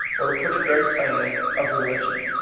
or, to put it very plainly, of religion.